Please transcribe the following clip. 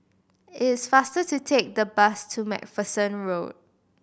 it's faster to take the bus to Macpherson Road